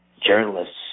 journalists